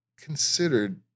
considered